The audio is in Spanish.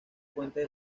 fuentes